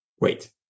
wait